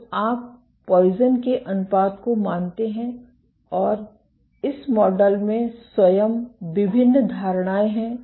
तो आप पॉइसन के अनुपात को मानते हैं और इस मॉडल में स्वयं विभिन्न धारणाएँ हैं